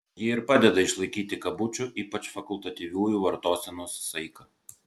ji ir padeda išlaikyti kabučių ypač fakultatyviųjų vartosenos saiką